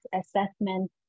assessment